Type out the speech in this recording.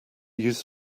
use